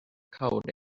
code